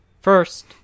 First